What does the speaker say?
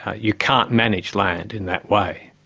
ah you can't manage land in that way.